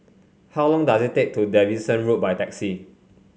how long does it take to Davidson Road by taxi